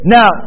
Now